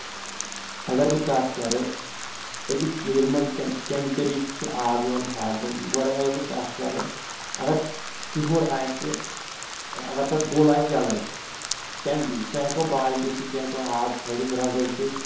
اَگر بہٕ کَتھ کَرٕ أکِس کِہر منٛز کمہِ طٔریٖقہٕ چھُ آب یِوان کھارنہٕ گۄڈٕ اَگر بہٕ کَتھ کَرٕ اَگر کِہر آسہِ اَگر تَتھ گوٚل آسہِ ییٚلے تَمہِ سُہ ہیٚکو بالٹین سۭتۍ تہِ ہیٚکو آب کھٲلِتھ رَزو سۭتۍ